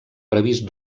previst